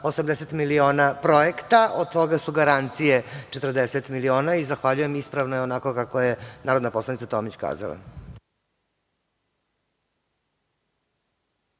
80 miliona projekta. Od toga su garancije 40 miliona. Zahvaljujem i ispravno je onako kako je narodna poslanica Tomić kazala.